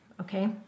Okay